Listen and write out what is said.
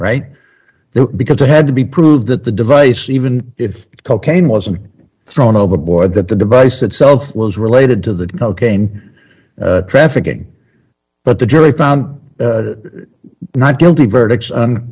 there because it had to be proved that the device even if cocaine wasn't thrown overboard that the device itself was related to the cocaine trafficking but the jury found not guilty verdict on